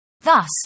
Thus